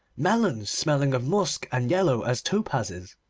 melons, smelling of musk and yellow as topazes,